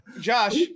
josh